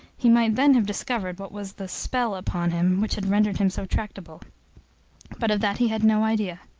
he might then have discovered what was the spell upon him which had rendered him so tractable but of that he had no idea.